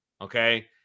okay